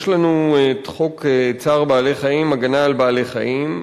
יש לנו את חוק צער בעלי-חיים (הגנה על בעלי-חיים),